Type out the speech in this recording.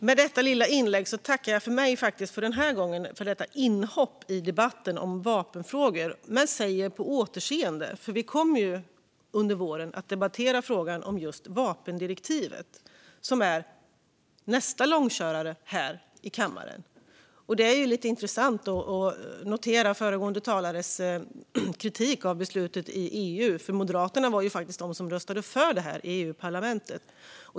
Med detta lilla inlägg tackar jag för mig för den här gången - detta inhopp i debatten vapenfrågor. Men jag säger på återseende, för vi kommer ju under våren att debattera just vapendirektivet, som är nästa långkörare här i kammaren. Det är lite intressant att notera föregående talares kritik av beslutet i EU, för Moderaterna röstade ju faktiskt för detta i EU-parlamentet.